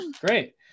Great